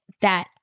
that-